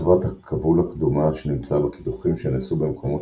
שכבת הכבול הקדומה שנמצאה בקידוחים שנעשו במקומות